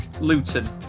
Luton